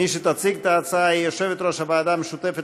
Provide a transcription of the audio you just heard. מי שתציג את ההצעה היא יושבת-ראש הוועדה המשותפת